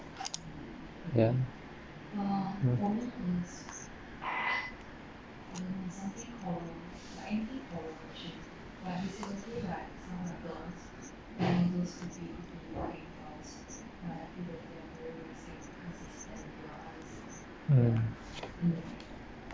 ya mm mm